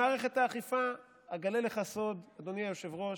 מערכת האכיפה, אגלה לך סוד, אדוני היושב-ראש,